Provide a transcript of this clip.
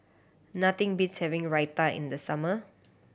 nothing beats having Raita in the summer